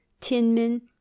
tinman